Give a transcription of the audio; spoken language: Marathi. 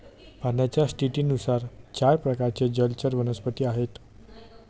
पाण्याच्या स्थितीनुसार चार प्रकारचे जलचर वनस्पती आहेत